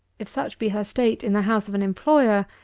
if such be her state in the house of an employer,